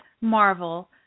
Marvel